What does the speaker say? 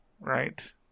right